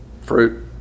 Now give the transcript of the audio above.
Fruit